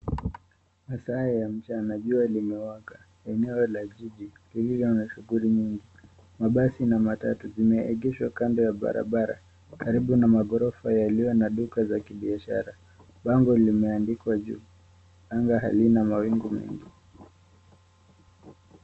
Masaa ya mchana jua limewaka. Eneo la jiji iliyo na shughuli nyingi. Mabasi na matatu zimeegeshwa kando ya barabara karibu na maghorofa yaliyo na duka za kibiashara. Bango limeandikwa juu. Anga halina mawingu meupe.